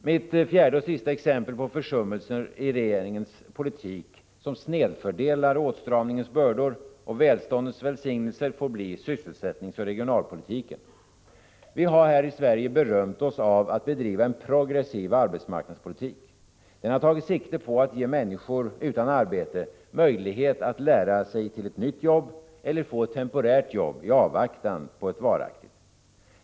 Mitt sista exempel på försummelser i regeringens politik som snedfördelar åtstramningens bördor och välståndets välsignelser får bli sysselsättningsoch regionalpolitiken. Vi har här i Sverige berömt oss av att bedriva en progressiv arbetsmarknadspolitik. Den har tagit sikte på att ge människor utan arbete möjlighet att lära sig ett nytt jobb eller få ett temporärt jobb i avvaktan på ett varaktigt.